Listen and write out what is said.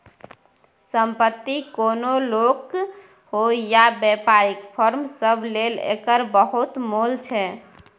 संपत्ति कोनो लोक होइ या बेपारीक फर्म सब लेल एकर बहुत मोल छै